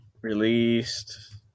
released